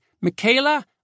Michaela